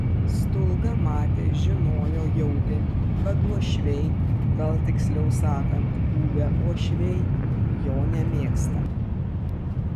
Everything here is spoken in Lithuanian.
stulga matė žinojo jautė kad uošviai gal tiksliau sakant buvę uošviai jo nemėgsta